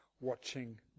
watching